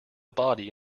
body